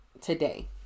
today